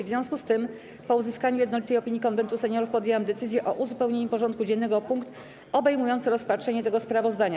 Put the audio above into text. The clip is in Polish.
W związku z tym, po uzyskaniu jednolitej opinii Konwentu Seniorów, podjęłam decyzję o uzupełnieniu porządku dziennego o punkt obejmujący rozpatrzenie tego sprawozdania.